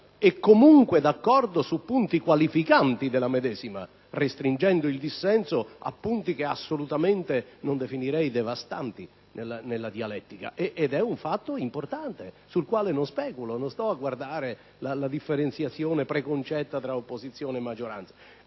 e, comunque, è d'accordo su punti qualificanti della medesima, restringendo il dissenso a punti che assolutamente non definirei devastanti nella dialettica. Questo è un fatto importante, sul quale non speculo, e non sto a guardare la differenziazione preconcetta tra opposizione e maggioranza.